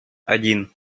один